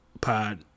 pod